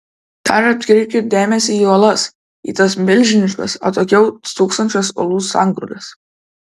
dar atkreipkit dėmesį į uolas į tas milžiniškas atokiau stūksančias uolų sangrūdas